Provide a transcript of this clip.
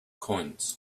coins